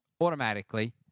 automatically